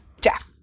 Jeff